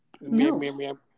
No